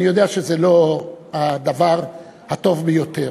אני יודע שזה לא הדבר הטוב ביותר.